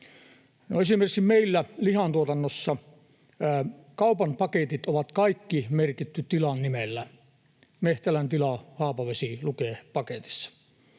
Esimerkiksi meillä lihantuotannossa kaupan paketit on kaikki merkitty tilan nimellä: ”Mehtälän tila, Haapavesi” lukee paketissa.